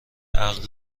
عقد